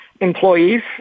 employees